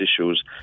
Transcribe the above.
issues